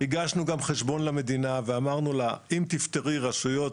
הגשנו גם חשבון למדינה ואמרנו לה אם תפטרי רשויות